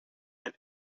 and